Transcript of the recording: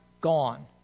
gone